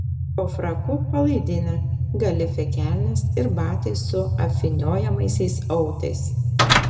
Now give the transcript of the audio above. po fraku palaidinė galifė kelnės ir batai su apvyniojamaisiais autais